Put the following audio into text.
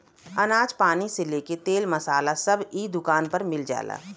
अनाज पानी से लेके तेल मसाला सब इ दुकान पर मिल जाला